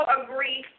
agree